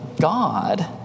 God